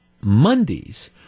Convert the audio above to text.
Mondays